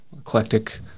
eclectic